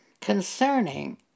concerning